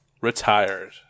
retired